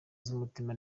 z’umutima